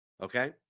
Okay